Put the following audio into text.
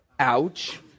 Ouch